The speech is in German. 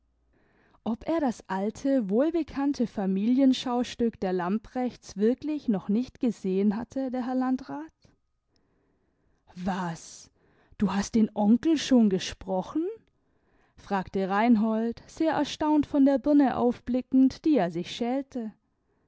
ob er das alte wohlbekannte familienschaustück der lamprechts wirklich noch nicht gesehen hatte der herr landrat was du hast den onkel schon gesprochen fragte reinhold sehr erstaunt von der birne aufblickend die er sich schälte